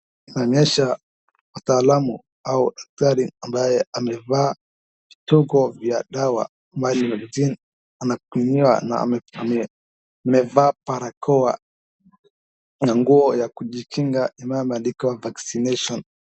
Inaonyesha mtaalamu au daktari ambaye amevaa vituko vya dawa ambaye ni routine anapimiwa na amevaa barakoa na nguo ya kujikinga ambayo imeandikwa vaccination .